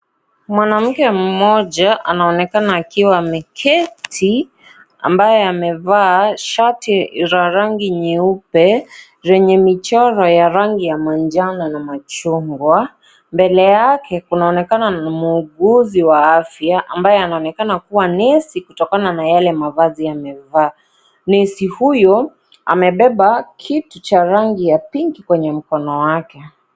Mwanamke moja anaonekana akiwa ameketiambaye amevaa shati la rangi nyeupe yenye michoro ya rangi ya manjanona machungwa, mbele yake kunaonekana mhuguzi wa afya ambaye anaonekana kuwa nesi kutokana na Yale mavazi amevaa. Nesi huyo amebeba kitu cha rangi ya Pinki kwenye mkono wake